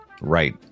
right